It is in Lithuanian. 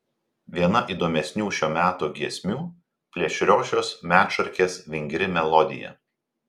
viena įdomesnių šio meto giesmių plėšriosios medšarkės vingri melodija